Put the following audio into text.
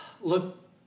look